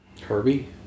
Herbie